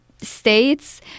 states